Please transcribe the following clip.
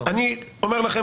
אני אומר לכם